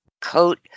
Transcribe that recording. coat